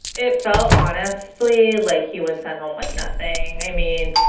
it felt honestly like he was sent home with nothing. i mean,